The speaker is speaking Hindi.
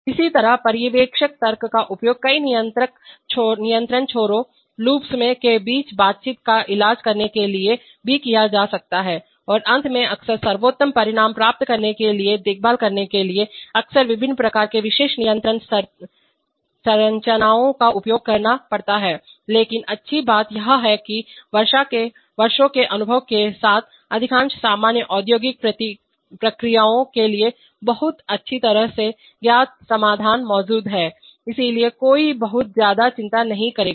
इसी तरह पर्यवेक्षक तर्क का उपयोग कई नियंत्रण छोरों के बीच बातचीत का इलाज करने के लिए भी किया जा सकता है और अंत में अक्सर सर्वोत्तम परिणाम प्राप्त करने के लिए देखभाल करने के लिए अक्सर विभिन्न प्रकार के विशेष नियंत्रण संरचनाओं का उपयोग करना पड़ता है लेकिन अच्छी बात यह है कि वर्षों के अनुभव के साथ अधिकांश सामान्य औद्योगिक प्रक्रियाओं के लिए बहुत अच्छी तरह से ज्ञात समाधान मौजूद हैं इसलिए कोई बहुत ज्यादा चिंता नहीं करेगा